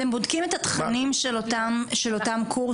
אתם בודקים את התכנים של אותם תארים?